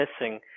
missing